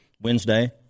wednesday